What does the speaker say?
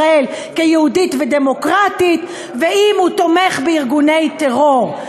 ישראל כיהודית ודמוקרטית ואם הוא תומך בארגוני טרור.